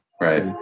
Right